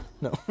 no